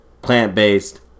Plant-based